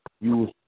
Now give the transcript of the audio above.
use